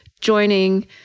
joining